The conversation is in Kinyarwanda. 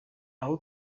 aho